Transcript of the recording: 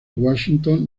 washington